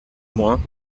moins